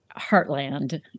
heartland